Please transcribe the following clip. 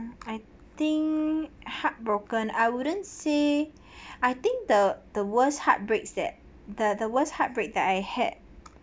I think heartbroken I wouldn't say I think the the worst heartbreaks that the the worst heartbreak that I had